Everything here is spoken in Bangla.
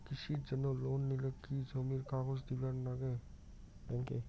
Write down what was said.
কৃষির জন্যে লোন নিলে কি জমির কাগজ দিবার নাগে ব্যাংক ওত?